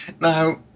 Now